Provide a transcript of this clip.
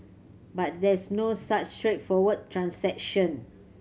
but there's no such straightforward transaction